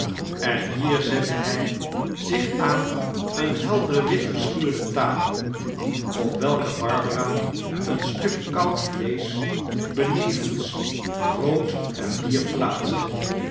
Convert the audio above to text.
en hier zette hij zich aan eene helder wit geschuurde tafel op welke barbara een stuk koud vleesch benevens brood en bier plaatste